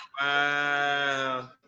wow